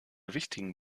wichtigen